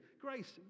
Grace